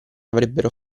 avrebbero